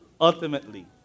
ultimately